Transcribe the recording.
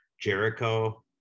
Jericho